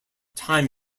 time